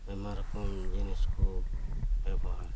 ᱟᱭᱢᱟ ᱨᱚᱠᱚᱢ ᱡᱤᱱᱤᱥ ᱠᱚ ᱵᱮᱵᱚᱦᱟᱨ